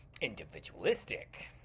individualistic